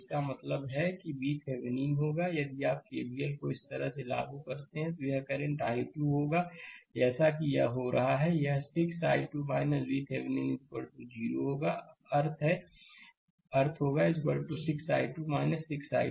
तो इसका मतलब है कि VThevenin होगा यदि आप केवीएल को इस तरह से लागू करते हैं तो यह करंट i2 होगा जैसा कि यह हो रहा है यह 6 i2 VThevenin 0 होगा का अर्थ हैहोगा 6 i2 6 i2